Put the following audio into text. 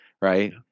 right